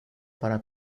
para